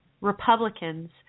Republicans